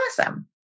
awesome